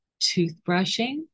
toothbrushing